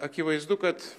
akivaizdu kad